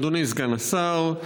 אדוני סגן השר,